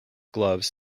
gloves